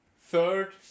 Third